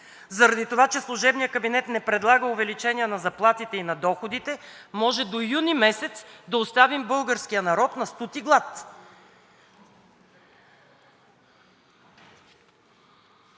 Заради това, че служебният кабинет не предлага увеличение на заплатите и на доходите, може до месец юни да оставим българския народ на студ и глад?!